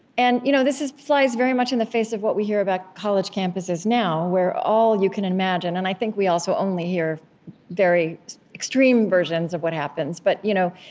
and you know this this flies very much in the face of what we hear about college campuses now, where all you can imagine and i think we also only hear very extreme versions of what happens. but you know